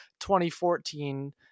2014